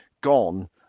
gone